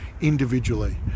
individually